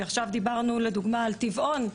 דיברנו עכשיו לדוגמה על טבעון,